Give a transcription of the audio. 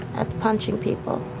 at punching people.